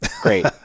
Great